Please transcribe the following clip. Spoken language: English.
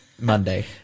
Monday